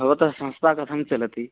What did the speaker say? भवतः संस्था कथं चलति